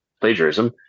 plagiarism